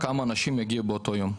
כמה אנשים יגיעו באותו יום.